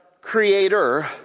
creator